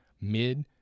mid